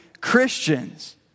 Christians